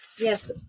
Yes